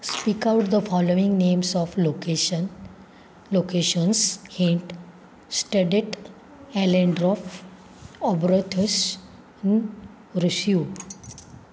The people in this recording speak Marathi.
speak out the following names of location locations hint studded ॲलेंडराॅफ ऑब्रथस रुश्यू